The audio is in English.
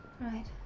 Right